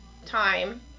time